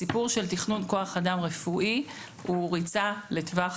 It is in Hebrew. הסיפור של תכנון כוח אדם רפואי הוא ריצה לטווח